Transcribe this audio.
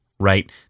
right